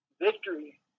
victory